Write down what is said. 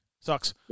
sucks